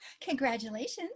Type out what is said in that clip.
Congratulations